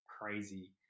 crazy